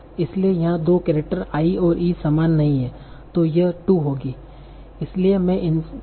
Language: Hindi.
इसलिए यहाँ दो केरेक्टर i और E समान नहीं हैं तो यह 2 होगी